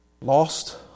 lost